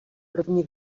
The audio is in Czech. první